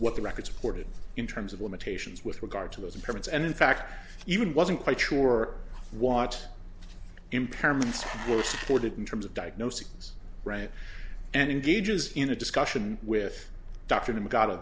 what the record supported in terms of limitations with regard to those impairments and in fact even wasn't quite sure watched impairments were supported in terms of diagnosis right and engages in a discussion with doctors and got